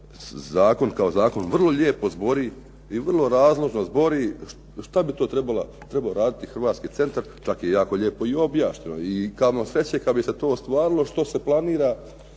zakon kao zakon vrlo lijepo zbori i vrlo razložno zbori. Što bi to trebao raditi hrvatski centar, čak je jako lijepo i objašnjeno. I kamo sreće kada bi se to ostvarilo što se planira